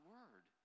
Word